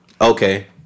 Okay